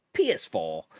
PS4